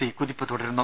C കുതിപ്പ് തുടരുന്നു